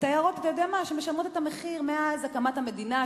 את העיירות שמשלמות את המחיר מאז הקמת המדינה,